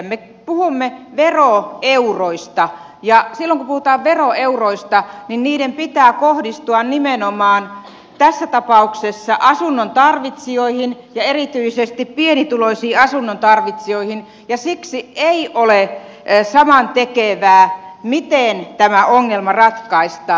me puhumme veroeuroista ja silloin kun puhutaan veroeuroista niin niiden pitää kohdistua nimenomaan tässä tapauksessa asunnontarvitsijoihin ja erityisesti pienituloisiin asunnontarvitsijoihin ja siksi ei ole samantekevää miten tämä ongelma ratkaistaan